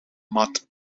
mat